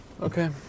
okay